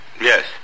Yes